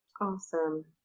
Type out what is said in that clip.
Awesome